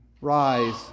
Rise